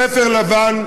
ספר לבן,